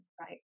Right